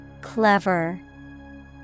Clever